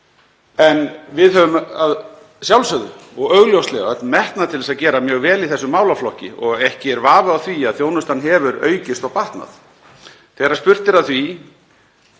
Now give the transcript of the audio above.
En við höfum að sjálfsögðu og augljóslega öll metnað til þess að gera mjög vel í þessum málaflokki og ekki er vafi á því að þjónustan hefur aukist og batnað. Þegar spurt er að því